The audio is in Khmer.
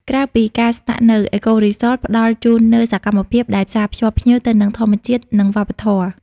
ក្រៅពីការស្នាក់នៅ អេកូរីសតផ្តល់ជូននូវសកម្មភាពដែលផ្សារភ្ជាប់ភ្ញៀវទៅនឹងធម្មជាតិ និងវប្បធម៌។